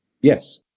Yes